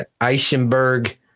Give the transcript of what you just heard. Eisenberg